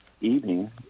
evening